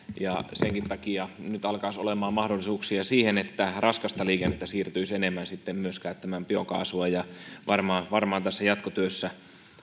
ja senkin takia nyt alkaisi olemaan mahdollisuuksia siihen että myös raskasta liikennettä siirtyisi enemmän käyttämään biokaasua varmaan varmaan tässä jatkotyössä